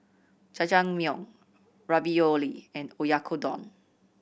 Jajangmyeon Ravioli and Oyakodon